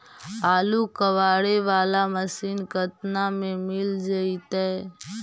आलू कबाड़े बाला मशीन केतना में मिल जइतै?